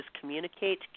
communicate